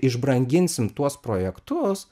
išbranginsim tuos projektus